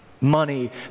money